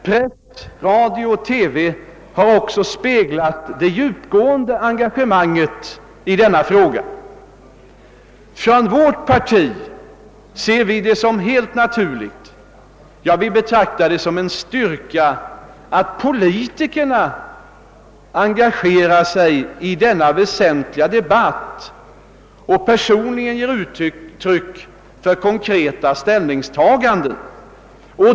Press, radio och TV har också speglat det djupgående engagemanget i denna fråga. Vårt parti anser det vara helt naturligt — ja, partiet betraktar det som en styrka — att politikerna engagerar sig i denna väsentliga debatt och personligen ger uttryck för konkreta ställningstaganden.